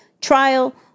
trial